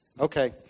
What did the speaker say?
Okay